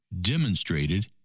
demonstrated